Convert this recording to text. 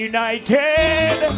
United